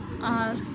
ᱟᱨ